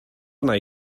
amdana